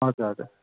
हजुर हजुर